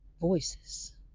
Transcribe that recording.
voices